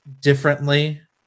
differently